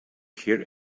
here